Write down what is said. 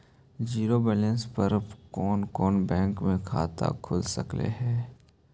Zero balance पर कोन कोन बैंक में खाता खुल सकले हे?